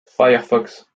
firefox